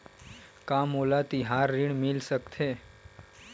का मोला तिहार ऋण मिल सकथे?